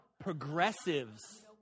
progressives